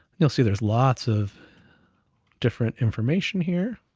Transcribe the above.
you'll see there's lots of different information here.